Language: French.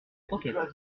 croquettes